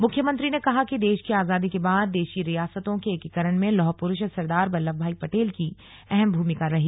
मुख्यमंत्री ने कहा कि देश की आजादी के बाद देशी रियासतों के एकीकरण में लौह पुरूष सरदार बल्लभ भाई पटेल की अहम भूमिका रही